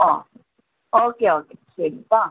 ആ okay okay ശരി കേട്ടോ